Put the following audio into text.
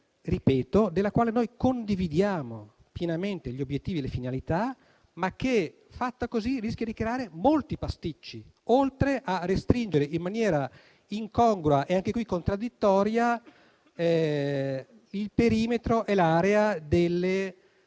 della quale noi condividiamo pienamente gli obiettivi e le finalità, ma che così redatta rischia di creare molti pasticci, oltre a restringere in maniera incongrua - e anche qui contraddittoria - il perimetro e l'area dei